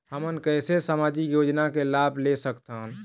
हमन कैसे सामाजिक योजना के लाभ ले सकथन?